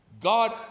God